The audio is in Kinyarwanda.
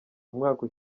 umwaka